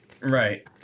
Right